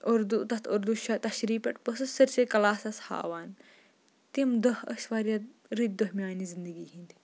اردوٗ تَتھ اردوٗ تشریح پٮ۪ٹھ بہٕ ٲسٕس سٲرسی کٕلاسَس ہاوان تِم دۄہ ٲسۍ واریاہ رٔتۍ دۄہ میٛانہِ زِندگی ہِنٛدۍ